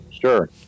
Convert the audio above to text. Sure